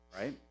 right